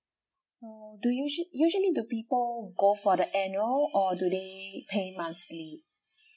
so do usua~ usually do people go for the annual or do they pay monthly